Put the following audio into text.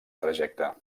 trajecte